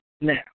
now